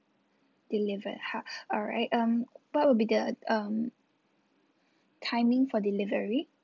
delivered ha~ alright um what will be the um timing for delivery